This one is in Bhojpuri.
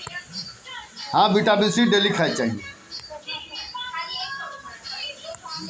नीबू में विटामिन सी मिलेला एसे एके रोज खाए के चाही